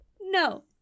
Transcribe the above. No